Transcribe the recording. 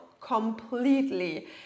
completely